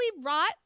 rot